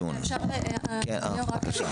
לגבי עוזר רופא או עמית רופא הוועדה מבקשת